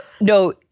no